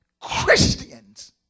Christians